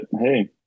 hey